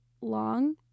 long